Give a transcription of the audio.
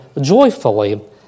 joyfully